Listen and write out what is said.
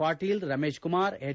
Patil Ramesh Kumar H